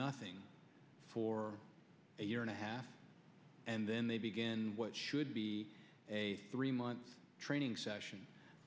nothing for a year and a half and then they begin what should be a three month training session